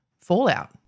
fallout